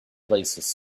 places